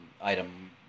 item